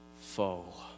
fall